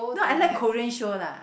no I like Korean show lah